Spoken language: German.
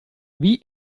wie